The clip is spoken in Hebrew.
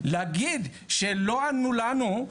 להגיד שלא ענו לנו,